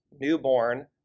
newborn